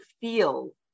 feel